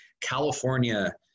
California